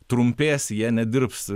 trumpės jie nedirbs